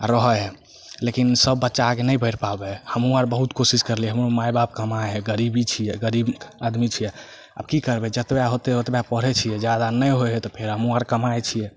रहऽ हइ लेकिन सब बच्चा आगे नहि बैढ़ पाबै हइ हमहुँ आर बहुत कोशिश करलियै हमरो माय बाप कमाइ हइ गरीबी छियै गरीब आदमी छियै की करबै जतबा होतै ओतबा पढ़ै छियै जादा नहि होइ हइ तऽ फेर हमहुँ आर कमाइ छियै